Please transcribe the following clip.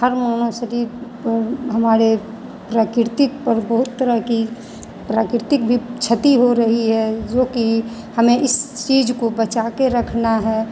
हरमोनो सदी हमारे प्रकृतिक की बहुत तरह की प्राकृतिक भी क्षति हो रही है जोकी हमें इस चीज को बचा के रखना है